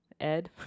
Ed